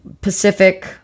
Pacific